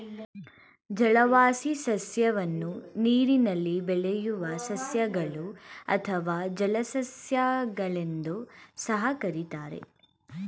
ಜಲವಾಸಿ ಸಸ್ಯವನ್ನು ನೀರಿನಲ್ಲಿ ಬೆಳೆಯುವ ಸಸ್ಯಗಳು ಅಥವಾ ಜಲಸಸ್ಯ ಗಳೆಂದೂ ಸಹ ಕರಿತಾರೆ